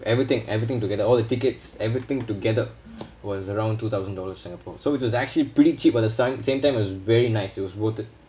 everything everything together all the tickets everything together was around two thousand dollars singapore so which is actually pretty cheap on the sign same time was very nice it was worth it